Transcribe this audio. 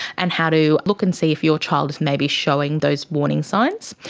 and how to look and see if your child is maybe showing those warning signs.